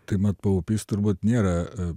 tai mat paupys turbūt nėra